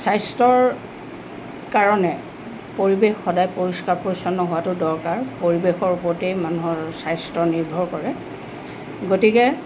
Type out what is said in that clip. স্বাস্থ্যৰ কাৰণে পৰিৱেশ সদায় পৰিষ্কাৰ পৰিচ্ছন্ন হোৱাটো দৰকাৰ পৰিৱেশৰ ওপৰতেই মানুহৰ স্বাস্থ্য নিৰ্ভৰ কৰে গতিকে